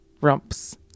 Rump's